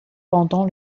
pendant